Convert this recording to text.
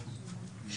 למיקרופון.